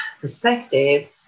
perspective